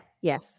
Yes